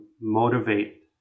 motivate